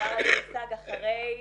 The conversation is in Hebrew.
הדבר הזה הושג אחרי,